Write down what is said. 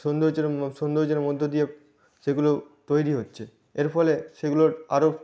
সৌন্দর্যের ম সৌন্দর্যের মধ্য দিয়ে সেগুলো তৈরি হচ্ছে এর ফলে সেগুলোর আরও